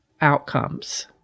outcomes